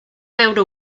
veure